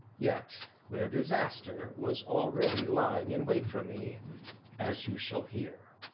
yet where disaster was already lying in wait for me as you shall hear.